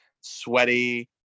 sweaty